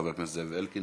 חבר הכנסת זאב אלקין,